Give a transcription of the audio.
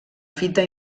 fita